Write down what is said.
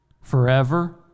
forever